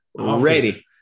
Already